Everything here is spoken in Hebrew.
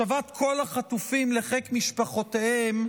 השבת החטופים לחיק משפחותיהם,